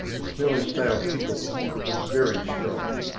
the smell of stale pickles was very strong.